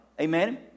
Amen